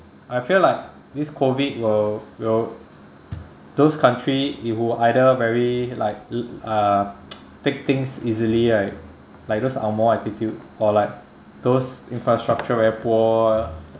I feel like this COVID will will those country it will either very like uh take things easily right like those angmoh attitude or like those infrastructure very poor